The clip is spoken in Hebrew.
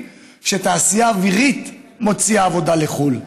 שהתעשייה האווירית מוציאה עבודה לחו"ל.